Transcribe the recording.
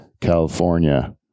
California